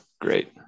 great